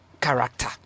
character